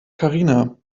karina